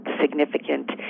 significant